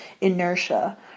inertia